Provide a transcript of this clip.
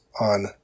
on